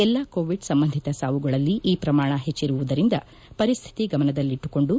ಎಲ್ಲಾ ಕೋವಿಡ್ ಸಂಬಂಧಿತ ಸಾವುಗಳಲ್ಲಿ ಈ ಪ್ರಮಾಣ ಹೆಚ್ಚರುವುದರಿಂದ ಈ ಪರಿಸ್ಥಿತಿ ಗಮನದಲ್ಲಿಟ್ಟುಕೊಂಡು